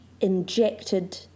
injected